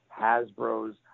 Hasbro's